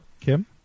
Kim